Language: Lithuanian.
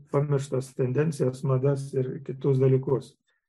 pamirštas tendencijas madas ir kitus dalykus